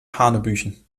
hanebüchen